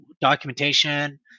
documentation